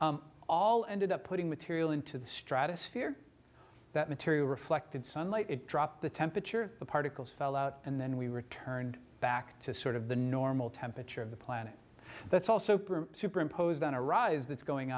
and all ended up putting material into the stratosphere that material reflected sunlight it dropped the temperature the particles fell out and then we returned back to sort of the normal temperature of the planet that's also superimposed on a rise that's going